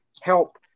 help